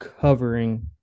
covering